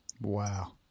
Wow